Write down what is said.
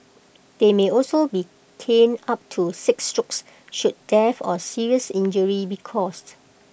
they may also be caned up to six strokes should death or serious injury be caused